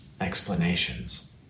explanations